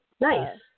Nice